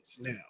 now